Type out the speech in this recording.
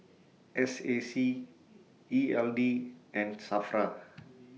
S A C E L D and SAFRA